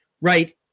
Right